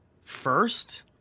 first